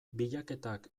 bilaketak